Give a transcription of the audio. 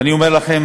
ואני אומר לכם,